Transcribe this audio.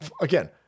again